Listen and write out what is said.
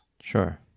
Sure